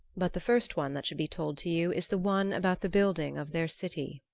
but the first one that should be told to you is the one about the building of their city.